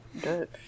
Good